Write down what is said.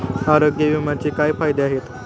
आरोग्य विम्याचे काय फायदे आहेत?